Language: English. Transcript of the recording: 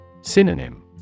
Synonym